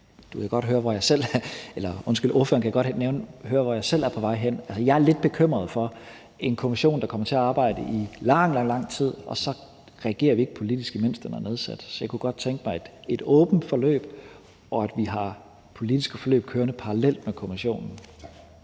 kan godt høre, hvor jeg selv er på vej hen. Jeg er lidt bekymret for, at det bliver en kommission, der kommer til at arbejde i lang, lang tid, og så reagerer vi ikke politisk, mens den er nedsat. Så jeg kunne godt tænke mig et åbent forløb, og at vi har politiske forløb kørende parallelt med kommissionen.